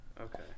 Okay